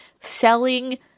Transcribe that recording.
Selling